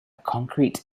concrete